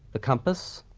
the compass,